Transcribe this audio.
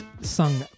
sung